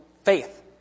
faith